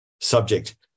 subject